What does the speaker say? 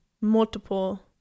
multiple